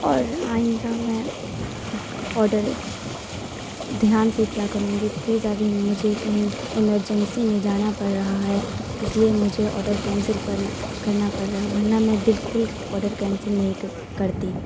اور آئندہ میں آرڈر دھیان سے کیا کروں گی پلیز ابھی مجھے کہیں ایمرجنسی میں جانا پڑ رہا ہے اس لیے مجھے آڈر کینسل پرنا کرنا پڑ رہا ہے ورنہ میں بالکل آرڈر کینسل نہیں کرتی